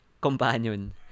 companion